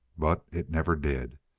but it never did.